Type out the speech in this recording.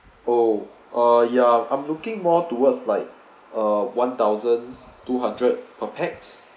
oh ah ya I'm looking more towards like a one thousand two hundred per pax